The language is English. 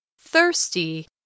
thirsty